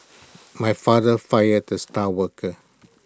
my father fired the star worker